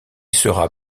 sera